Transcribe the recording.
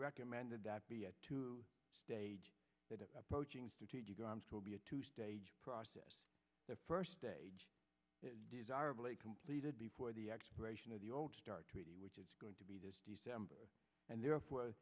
recommended that be at two stage that approaching strategic arms to be a two stage process the first age desirable a completed before the expiration of the old start treaty which is going to be this december and therefore